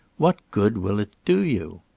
what good will it do you?